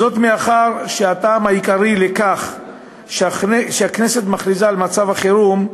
זאת מאחר שהטעם העיקרי לכך שהכנסת מכריזה על מצב החירום,